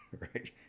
Right